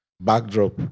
backdrop